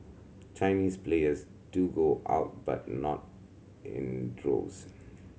Chinese players do go out but not in droves